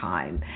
Time